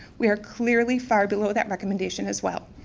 we are clearly far below that recommendation as well.